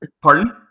Pardon